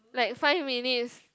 like five minutes